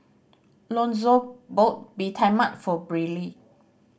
Lonzo bought Bee Tai Mak for Brylee